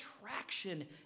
traction